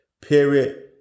Period